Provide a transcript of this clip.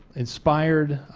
inspired.